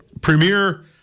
premier